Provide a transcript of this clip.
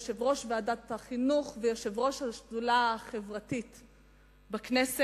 יושב-ראש ועדת החינוך ויושב-ראש השדולה החברתית בכנסת.